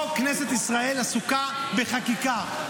פה כנסת ישראל עסוקה בחקיקה.